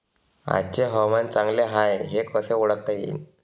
आजचे हवामान चांगले हाये हे कसे ओळखता येईन?